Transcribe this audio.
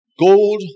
Gold